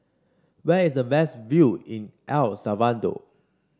where is the best view in El Salvador